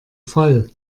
voll